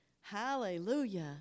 Hallelujah